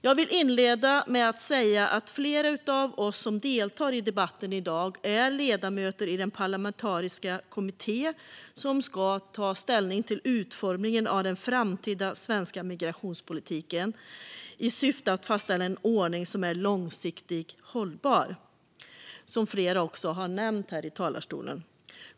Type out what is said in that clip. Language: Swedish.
Jag vill inleda med att säga att flera av oss som deltar i debatten i dag är ledamöter i den parlamentariska kommitté som ska ta ställning till utformningen av den framtida svenska migrationspolitiken i syfte att fastställa en ordning som är långsiktigt hållbar, som flera också har nämnt här i talarstolen.